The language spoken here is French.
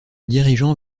dirigeant